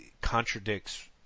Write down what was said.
contradicts